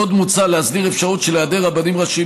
עוד מוצע להסדיר אפשרות של היעדר רבנים ראשיים